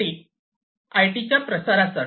IT IT च्या प्रसारासाठी